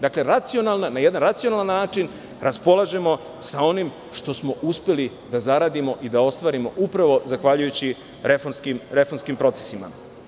Dakle, na jedan racionalan način raspolažemo sa onim što smo uspeli da zaradimo i da ostvarimo upravo zahvaljujući reformskim procesima.